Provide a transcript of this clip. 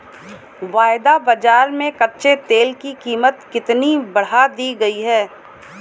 वायदा बाजार में कच्चे तेल की कीमत कितनी बढ़ा दी गई है?